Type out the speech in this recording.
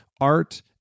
art